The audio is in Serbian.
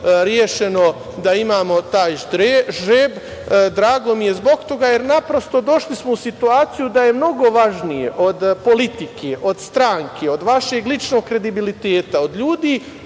rešeno da imamo taj žreb, drago mi je zbog toga jer naprosto došli smo u situaciju da je mnogo važnije od politike, od stranke, od vašeg ličnog kredibiliteta, od ljudi